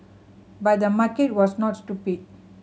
but the market was not stupid